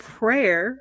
prayer